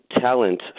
talent